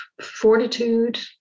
fortitude